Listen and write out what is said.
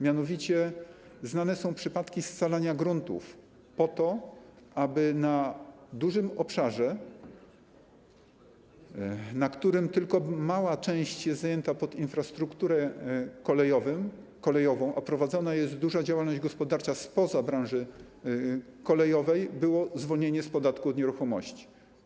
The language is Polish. Mianowicie znane są przypadki scalania gruntów po to, aby na dużym obszarze, na którym tylko mała część jest zajęta pod infrastrukturę kolejową, a prowadzona jest duża działalność gospodarcza spoza branży kolejowej, było zwolnienie z podatku od nieruchomości.